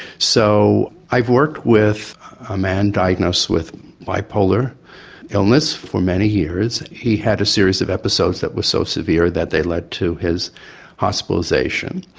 so i've worked with a man diagnosed with bipolar illness for many years, he had a series of episodes that were so severe that they led to his hospitalisation,